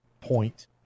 point